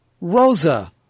Rosa